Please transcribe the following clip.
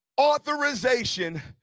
authorization